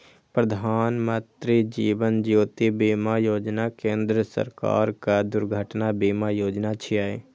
प्रधानमत्री जीवन ज्योति बीमा योजना केंद्र सरकारक दुर्घटना बीमा योजना छियै